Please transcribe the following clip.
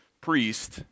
priest